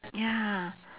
ya